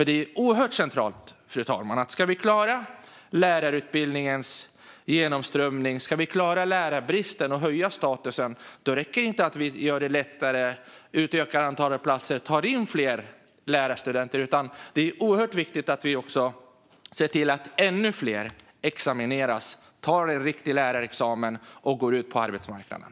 Det är oerhört centralt, fru talman, att om vi ska klara genomströmningen i lärarutbildningen, klara lärarbristen och höja statusen räcker det inte att vi gör det hela lättare, utökar antalet platser och tar in fler lärarstudenter. Det är också oerhört viktigt att vi ser till att ännu fler examineras, tar en riktig lärarexamen och går ut på arbetsmarknaden.